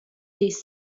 this